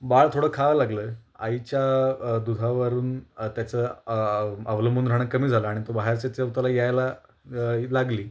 बाळ थोडं खाऊ लागलं आईच्या दुधावरून त्याचं अ अवलंबून राहाणं कमी झालं आणि तो बाहेरची चव त्याला यायला लागली